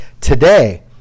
today